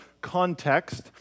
context